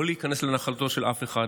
לא להיכנס לנחלתו של אף אחד,